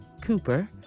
Cooper